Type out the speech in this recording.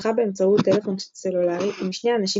שוחחה באמצעות טלפון סלולרי עם שני אנשים